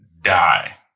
die